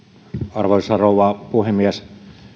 arvoisa rouva puhemies